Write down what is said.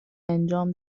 انجام